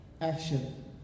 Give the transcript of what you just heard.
action